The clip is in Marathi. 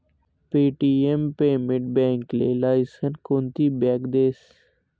पे.टी.एम पेमेंट बॅकले लायसन कोनती बॅक देस?